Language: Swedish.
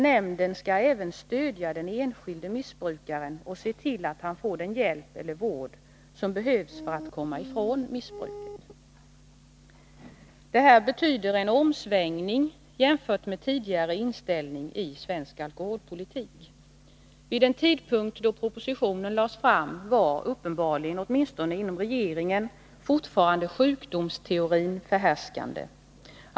Nämnden skall även stödja den enskilde missbrukaren och se till att han får den hjälp eller vård som behövs för att komma ifrån missbruket.” Det här betyder en omsvängning i svensk alkoholpolitik, jämfört med tidigare inställning. Så sent som vid tidpunkten för propositionens framläggande var uppenbarligen, åtminstone inom regeringen, sjukdomsteorin förhärskande.